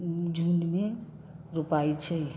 जूनमे रोपाइ छै